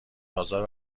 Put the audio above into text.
آزار